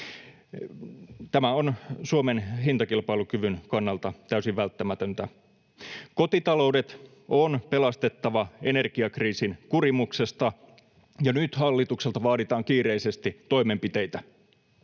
Tämä on Suomen hintakilpailukyvyn kannalta täysin välttämätöntä. Kotitaloudet on pelastettava energiakriisin kurimuksesta, ja nyt hallitukselta vaaditaan kiireisesti toimenpiteitä.